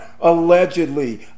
allegedly